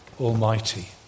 Almighty